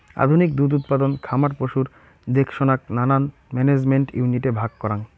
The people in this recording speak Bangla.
আধুনিক দুধ উৎপাদন খামার পশুর দেখসনাক নানান ম্যানেজমেন্ট ইউনিটে ভাগ করাং